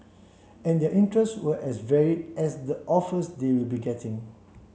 and their interests were as varied as the offers they will be getting